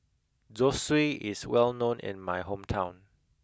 zosui is well known in my hometown